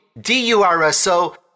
D-U-R-S-O